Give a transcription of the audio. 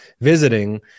visiting